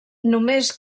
només